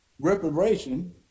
Reparation